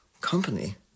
company